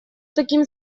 таким